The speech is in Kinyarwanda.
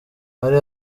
hari